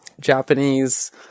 Japanese